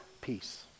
peace